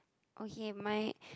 okay my